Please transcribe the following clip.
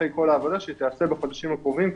אחרי כל העבודה שתעשה בחודשים הקרובים,